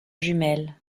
jumelle